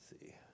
see